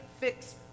fix